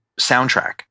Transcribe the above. soundtrack